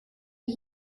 ihr